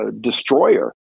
destroyer